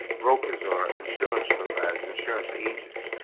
brokers or insurance providers, insurance agents,